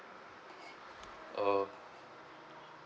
uh